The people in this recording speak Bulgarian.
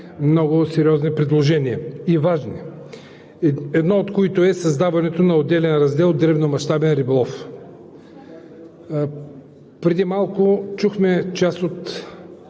много сериозни и важни предложения, едно от които е създаването на отделен раздел „Дребномащабен риболов“. Преди малко чухме част от